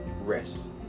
rest